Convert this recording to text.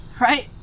right